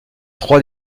trois